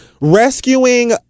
rescuing